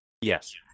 Yes